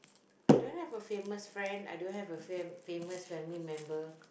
I don't have a famous friend I don't have a fam~ famous family member